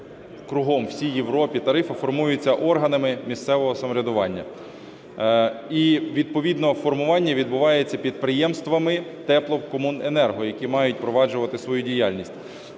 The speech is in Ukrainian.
кругом, у всій Європі), тарифи формуються органами місцевого самоврядування. І відповідно формування відбувається підприємствами теплокомуненерго, які мають проваджувати свою діяльність.